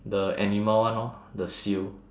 the animal one lor the seal